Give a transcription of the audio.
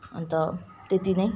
अन्त त्यति नै